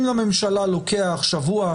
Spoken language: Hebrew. אם לממשלה לוקח שבוע,